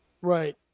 Right